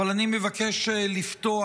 אבל אני מבקש לפתוח,